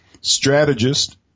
strategist